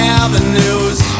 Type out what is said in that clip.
avenues